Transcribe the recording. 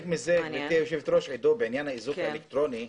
בעניין איזוק אלקטרוני,